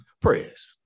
prayers